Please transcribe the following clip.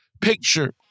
picture